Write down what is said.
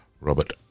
Robert